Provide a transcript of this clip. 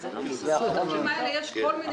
בעודפים האלה יש כל מיני דברים.